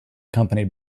accompanied